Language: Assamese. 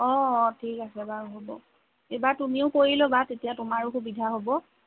অঁ অঁ ঠিক আছে বাৰু হ'ব এইবাৰ তুমিও কৰি ল'বা তেতিয়া তোমাৰো সুবিধা হ'ব